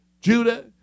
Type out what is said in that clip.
Judah